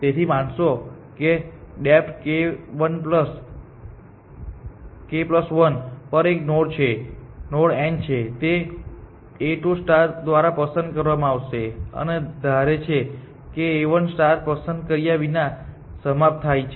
તેથી માનો કે ડેપ્થ k1 પર એક નોડ n છે જે તે A2 દ્વારા પસંદ કરવામાં આવે છે અને ધારે છે કે A1 પસંદ કર્યા વિના સમાપ્ત થાય છે